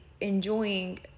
enjoying